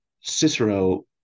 Cicero